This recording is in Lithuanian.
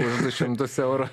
už du šimtus eurų